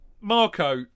Marco